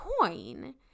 coin